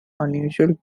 unusual